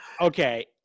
Okay